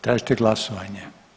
Tražite glasovanje?